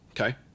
Okay